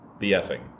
BSing